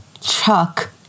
Chuck